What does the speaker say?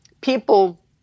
people